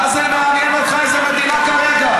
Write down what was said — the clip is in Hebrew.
מה זה מעניין אותך איזה מדינה כרגע?